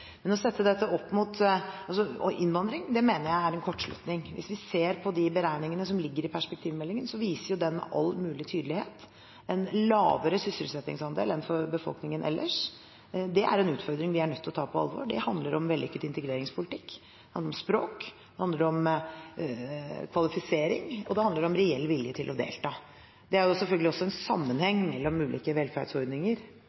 Å sette dette opp mot innvandring mener jeg er en kortslutning. Hvis en ser på de beregningene som ligger i perspektivmeldingen, viser de med all mulig tydelighet en lavere sysselsettingsandel for innvandrere enn for befolkningen ellers. Det er en utfordring vi er nødt til å ta på alvor. Det handler om vellykket integreringspolitikk, det handler om språk, det handler om kvalifisering, og det handler om reell vilje til å delta. Det er selvfølgelig også en